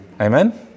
Amen